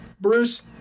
Bruce